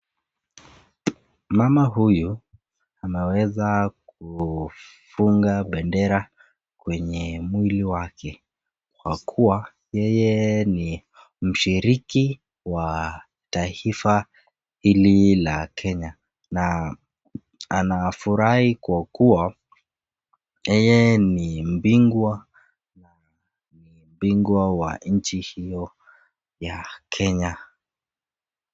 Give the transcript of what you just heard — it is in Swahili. Mama huyu ameweza kufunga bendera kwenye mwili wake kwa kuwa yeye ni mshiriki wa taifa hili la Kenya na anafurahi kwa kuwa yeye ni mpingwa na ni mpingwa wa nchi hiyo ya Kenya.